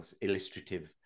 illustrative